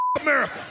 America